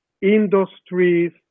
industries